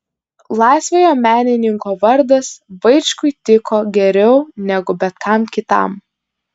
laisvojo menininko vardas vaičkui tiko geriau negu bet kam kitam